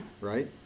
right